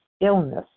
illness